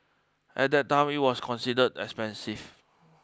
at that time it was considered expensive